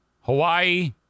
Hawaii